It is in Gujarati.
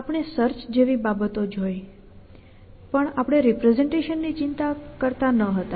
આપણે સર્ચ જેવી બાબતો જોઈ પણ આપણે રિપ્રેસેંટેશન ની ચિંતા કરતા ન હતા